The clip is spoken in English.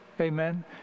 Amen